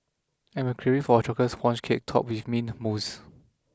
I am craving for a Chocolate Sponge Cake topped with Mint Mousse